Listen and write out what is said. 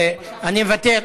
אני מבטל.